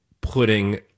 putting